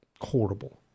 horrible